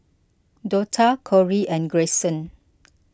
Dortha Kori and Greyson